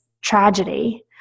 tragedy